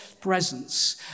presence